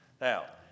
Now